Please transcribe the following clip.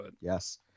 Yes